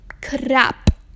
crap